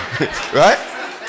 right